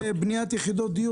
אפרופו בניית דירות.